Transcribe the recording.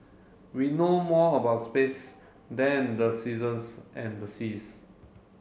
we know more about space than the seasons and the seas